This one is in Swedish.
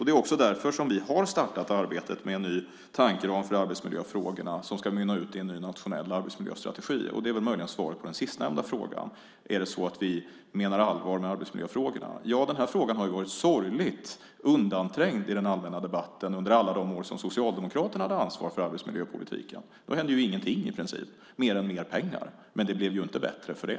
Det är också därför som vi har startat arbetet med en ny tankeram för arbetsmiljöfrågorna som ska mynna ut i en ny nationell arbetsmiljöstrategi. Det är möjligen svar på den sistnämna frågan, om vi menar allvar med arbetsmiljöfrågorna. Den här frågan har varit sorgligt undanträngd i den allmänna debatten under alla de år som Socialdemokraterna hade ansvar för arbetsmiljöpolitiken. Då hände i princip ingenting mer än att det blev mer pengar. Men det blev inte bättre för det.